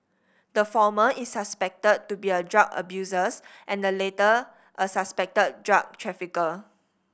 the former is suspected to be a drug abusers and the latter a suspected drug trafficker